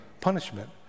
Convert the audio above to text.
punishment